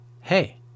hey